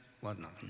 whatnot